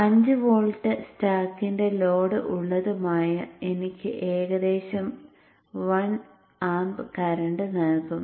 5 volt സ്റ്റാക്കിന്റെ load ഉള്ളതുമായ എനിക്ക് ഏകദേശം 1 ആംപ് കറന്റ് നൽകും